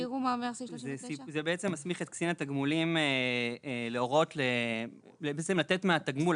זה בעצם מסמיך את קצין התגמולים לתת מהתגמול.